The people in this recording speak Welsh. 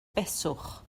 beswch